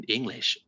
English